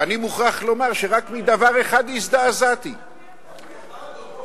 ואני מוכרח לומר שרק מדבר אחד הזדעזעתי, רק אחד?